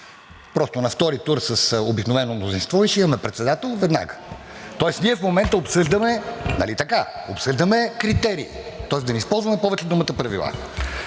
просто на втори тур с обикновено мнозинство и си имаме председател веднага, тоест ние в момента обсъждаме, нали така, обсъждаме критерии? Тоест да не използваме повече думата правила.